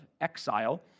exile